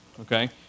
Okay